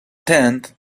tent